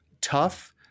tough